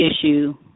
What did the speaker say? issue